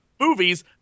movies